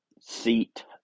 seat